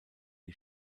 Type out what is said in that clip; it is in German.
die